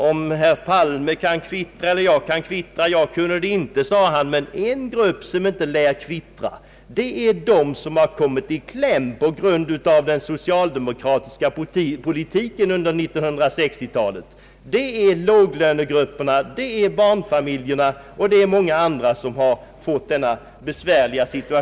Om herr Palme eller jag kan kvittra har mindre betydelse — jag kan det inte, sade han — men en grupp som inte lär kvittra är de människor som kommit i kläm på grund av den socialdemokratiska politiken under 1960-talet. Det är låglönegrupperna, barnfamiljerna och många andra.